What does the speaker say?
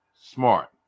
Smart